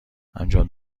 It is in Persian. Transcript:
انجام